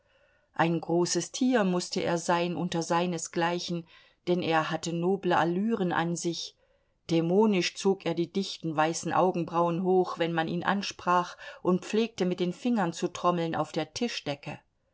ein großes tier mußte er sein unter seinesgleichen denn er hatte noble allüren an sich dämonisch zog er die dichten weißen augenbrauen hoch wenn man ihn ansprach und pflegte mit den fingern zu trommeln auf der tischdecke